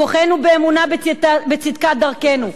כוחנו באמונה בצדקת דרכנו,